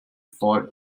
for